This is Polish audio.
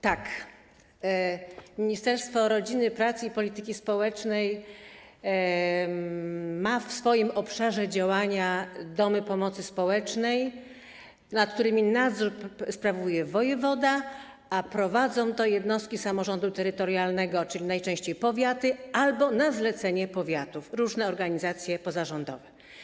Tak, Ministerstwo Rodziny, Pracy i Polityki Społecznej ma w swoim obszarze działania domy pomocy społecznej, nad którymi nadzór sprawuje wojewoda i które są prowadzone przez jednostki samorządu terytorialnego, czyli najczęściej powiaty albo, na zlecenie powiatów, różne organizacje pozarządowe.